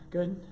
Good